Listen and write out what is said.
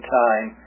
time